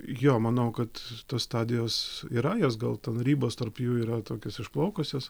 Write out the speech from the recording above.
jo manau kad tos stadijos yra jos gal ten ribos tarp jų yra tokios išplaukusios